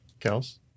Kels